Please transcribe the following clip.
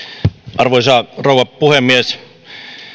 arvoisa rouva puhemies